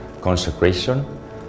consecration